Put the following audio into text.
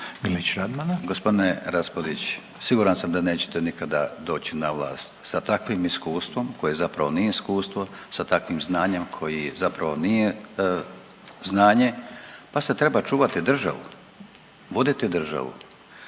Gospodine Raspudić siguran sam da nećete nikada doći na vlast sa takvim iskustvom koje zapravo nije iskustvo, sa takvim znanjem koje zapravo nije znanje, pa se treba čuvati državu, voditi državu.